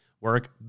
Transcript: work